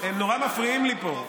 הם נורא מפריעים לי פה.